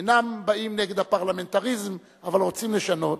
הם אינם באים נגד הפרלמנטריזם, אבל רוצים לשנות.